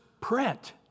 print